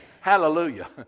Hallelujah